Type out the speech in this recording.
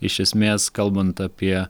iš esmės kalbant apie